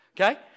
Okay